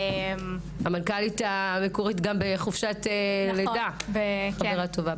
והמנכ"לית המקורית בחופשת לידה, היא חברה טובה.